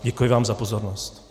Děkuji vám za pozornost.